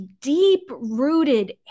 deep-rooted